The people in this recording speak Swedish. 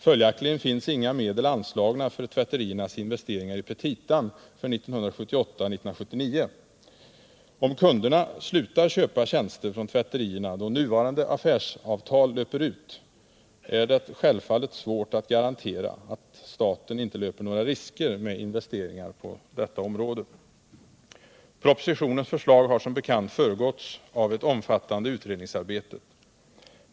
Följaktligen finns inga medel anslagna för tvätteriernas investeringar i petita för 1978/79. Om kunderna slutar köpa tjänster från tvätterierna då nuvarande affärsavtal löper ut, är det självfallet svårt att garantera att staten inte löper några risker med investeringar på detta område. Propositionens förslag har som bekant föregåtts av ett omfattande utredningsarbete.